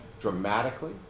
dramatically